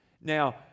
Now